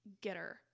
getter